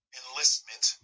enlistment